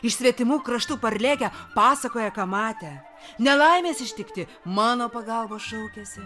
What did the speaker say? iš svetimų kraštų parlėkę pasakoja ką matę nelaimės ištikti mano pagalbos šaukiasi